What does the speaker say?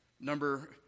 number